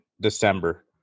December